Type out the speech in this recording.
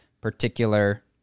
particular